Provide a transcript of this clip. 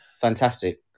Fantastic